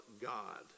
God